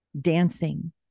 dancing